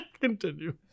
Continue